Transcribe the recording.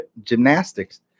gymnastics